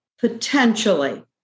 potentially